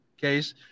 case